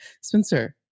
Spencer